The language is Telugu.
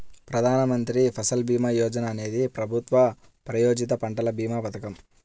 ప్రధాన్ మంత్రి ఫసల్ భీమా యోజన అనేది ప్రభుత్వ ప్రాయోజిత పంటల భీమా పథకం